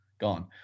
gone